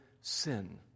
sin